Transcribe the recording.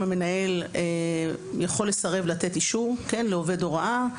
המנהל יכול לסרב לתת אישור לעובד הוראה,